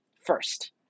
first